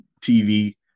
tv